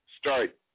start